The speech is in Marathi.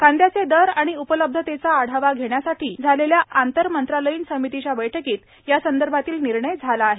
कांद्याचे दर आणि उपलब्धतेचा आढावा घेण्यासाठी झालेल्या आंतर मंत्रालयीन समितीच्या बैठकीत या संदर्भातील निर्णय झाला आहे